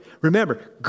Remember